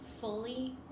fully